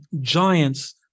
giants